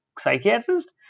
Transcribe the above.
psychiatrist